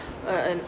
uh